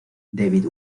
david